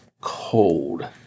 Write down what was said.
cold